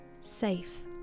safe